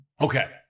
Okay